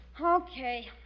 Okay